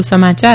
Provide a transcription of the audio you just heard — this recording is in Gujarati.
વધુ સમાચાર